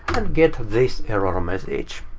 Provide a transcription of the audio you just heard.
and get this error message.